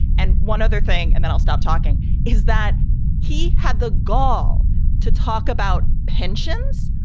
and one other thing, and then i'll stop talking is that he had the gall to talk about pensions,